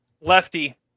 lefty